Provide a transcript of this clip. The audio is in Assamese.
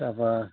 তাৰপৰা